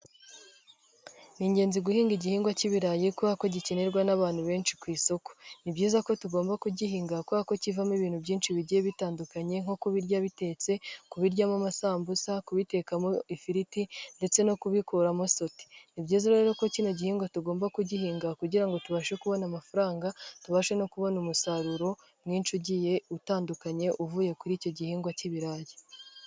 Ni ingenzi guhinga igihingwa k'ibirayi kubera ko gikenerwa n'abantu benshi ku isoko. Ni byiza ko tugomba kugihinga kuko kivamo ibintu byinshi bigiye bitandukanye: nko kubirya bitetse, kubiryamo amasambusa, kubitekamo ifiriti ndetse no kubikuramo soti. Ni byiza rero ko kino gihingwa tugomba kugihinga kugira ngo tubashe kubona amafaranga. Tubashe no kubona umusaruro mwinshi ugiye utandukanye, uvuye kuri icyo gihingwa k'ibirayi.